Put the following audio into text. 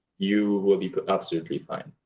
you will be but absolutely fine.